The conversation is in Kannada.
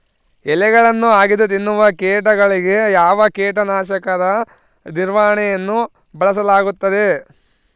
ಎಲೆಗಳನ್ನು ಅಗಿದು ತಿನ್ನುವ ಕೇಟಗಳಿಗೆ ಯಾವ ಕೇಟನಾಶಕದ ನಿರ್ವಹಣೆಯನ್ನು ಬಳಸಲಾಗುತ್ತದೆ?